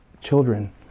children